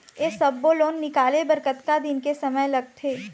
ये सब्बो लोन निकाले बर कतका दिन के समय लगथे?